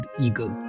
Eagle